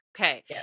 Okay